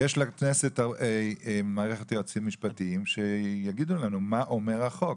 יש לכנסת מערכת יועצים משפטיים שיגידו לנו מה אומר החוק,